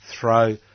throw